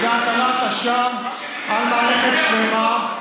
זה הטלת אשם על מערכת שלמה,